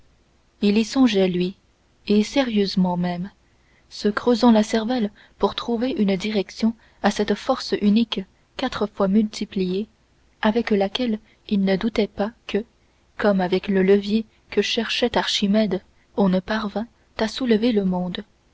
il y songeait lui et sérieusement même se creusant la cervelle pour trouver une direction à cette force unique quatre fois multipliée avec laquelle il ne doutait pas que comme avec le levier que cherchait archimède on ne parvînt à soulever le monde